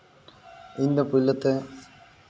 ᱤᱧ ᱫᱚ ᱯᱳᱭᱞᱳ ᱛᱮ